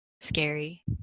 scary